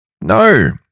No